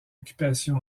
occupation